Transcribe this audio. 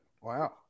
Wow